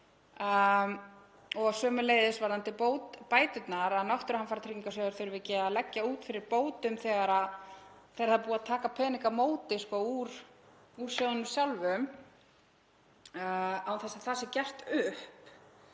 og sömuleiðis varðandi bæturnar, að náttúruhamfaratryggingarsjóður þurfi ekki að leggja út fyrir bótum þegar það er búið að taka pening á móti úr sjóðnum sjálfum án þess að það sé gert upp,